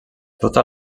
tota